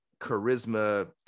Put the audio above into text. charisma